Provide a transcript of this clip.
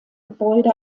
gebäude